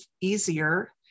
easier